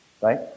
Right